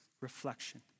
reflection